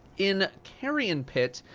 in carrion pit,